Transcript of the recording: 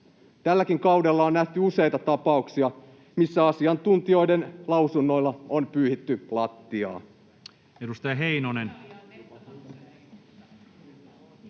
Tälläkin kaudella on nähty useita tapauksia, joissa asiantuntijoiden lausunnoilla on pyyhitty lattiaa.